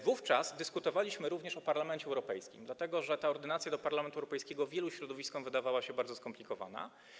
Wówczas dyskutowaliśmy również o Parlamencie Europejskim, dlatego że ordynacja wyborcza do Parlamentu Europejskiego wielu środowiskom wydawała się bardzo skomplikowana.